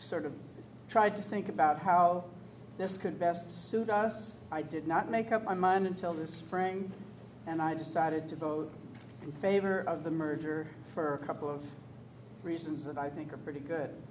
sort of tried to think about how this could best suit us i did not make up my mind until the spring and i decided to vote in favor of the merger for a couple of reasons that i think are pretty good